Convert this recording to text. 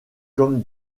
comme